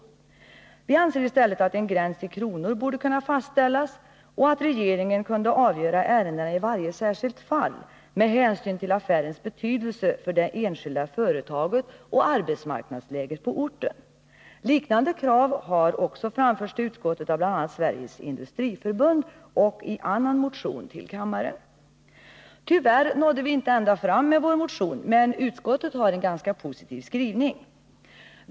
Vi anser i stället att en gräns i kronor borde fastställas och att regeringen kunde avgöra ärendena i varje särskilt fall med hänsyn till affärens betydelse för det enskilda företaget och arbetsmarknadsläget på orten. Liknande krav har också framförts till utskottet av bl.a. Sveriges Industriförbund och i annan motion till riksdagen. Tyvärr nådde vi inte ända fram med vår motion, men utskottet har en ganska positiv skrivning.